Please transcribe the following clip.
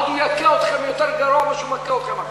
עוד הוא יכה יותר גרוע מאשר הוא מכה אתכם עכשיו,